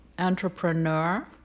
entrepreneur